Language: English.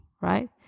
right